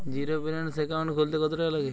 Zero balance account খুলতে কত টাকা লাগে?